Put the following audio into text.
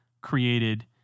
created